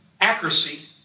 accuracy